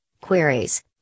queries